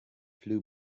flew